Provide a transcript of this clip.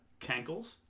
Cankles